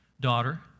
daughter